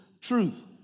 truth